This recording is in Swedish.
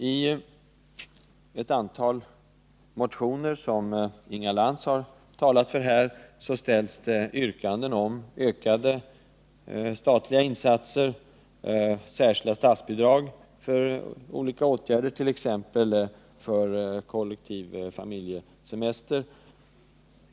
I ett antal motioner, som Inga Lantz har talat för här, ställs yrkanden om ökade statliga insatser, särskilda statsbidrag för olika åtgärder, t.ex. för kollektiv familjesemester.